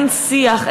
אין שיח,